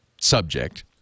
subject